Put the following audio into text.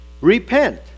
Repent